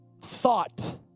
thought